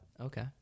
okay